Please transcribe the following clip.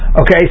okay